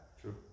True